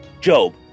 Job